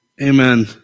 Amen